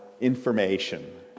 information